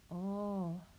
oh